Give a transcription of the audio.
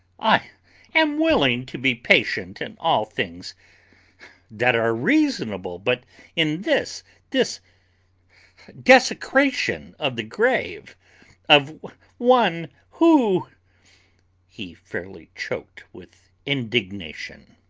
i am willing to be patient in all things that are reasonable but in this this desecration of the grave of one who he fairly choked with indignation.